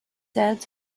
said